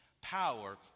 Power